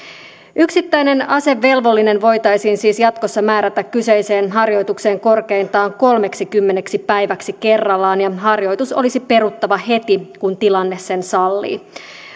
yksittäinen asevelvollinen voitaisiin siis jatkossa määrätä kyseiseen harjoitukseen korkeintaan kolmeksikymmeneksi päiväksi kerrallaan ja harjoitus olisi peruttava heti kun tilanne sen sallii